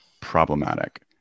problematic